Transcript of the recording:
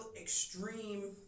extreme